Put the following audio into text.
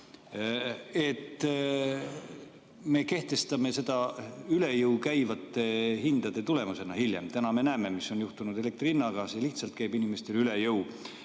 me kehtestame need üle jõu käivate hindade tulemusena hiljem? Täna me näeme, mis on juhtunud elektri hinnaga, see lihtsalt käib inimestele üle jõu.